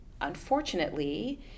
unfortunately